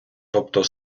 тобто